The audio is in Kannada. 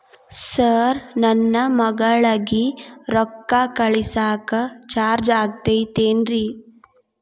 ಸರ್ ನನ್ನ ಮಗಳಗಿ ರೊಕ್ಕ ಕಳಿಸಾಕ್ ಚಾರ್ಜ್ ಆಗತೈತೇನ್ರಿ?